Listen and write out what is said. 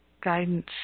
guidance